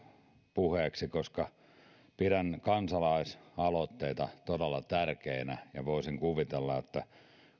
puheeksi pidän kansalaisaloitteita todella tärkeinä ja voisin kuvitella että